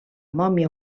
mòmia